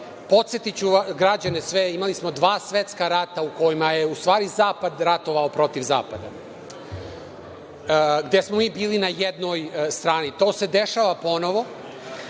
Podsetiću građane, imali smo dva svetska rata u kojima je u stvari zapad ratovao protiv zapada, gde smo mi bili na jednoj strani. To se dešava ponovo